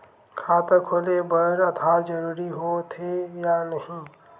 खाता खोले बार आधार जरूरी हो थे या नहीं?